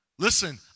Listen